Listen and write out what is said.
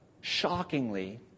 shockingly